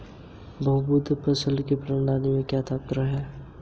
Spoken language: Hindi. बैंक तथा गैर बैंकिंग वित्तीय कंपनियों में मुख्य अंतर क्या है?